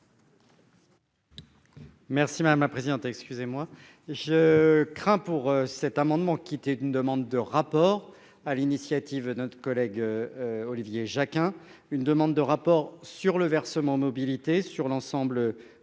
Merci madame la présidente, excusez-moi, je crains pour cet amendement qui était une demande de rapport à l'initiative de notre collègue. Olivier Jacquin, une demande de rapport sur le versement mobilité sur l'ensemble. Du territoire